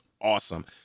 awesome